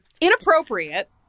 Inappropriate